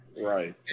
Right